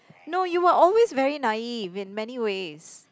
no you were always very naive in many ways